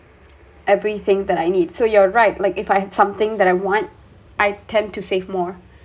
everything that I need so you're right like if I had something that I want I tend to save more